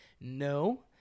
No